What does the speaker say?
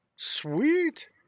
Sweet